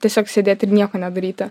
tiesiog sėdėt ir nieko nedaryti